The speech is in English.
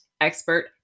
expert